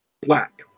black